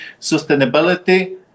sustainability